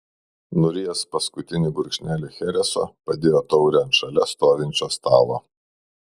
nurijęs paskutinį gurkšnelį chereso padėjo taurę ant šalia stovinčio stalo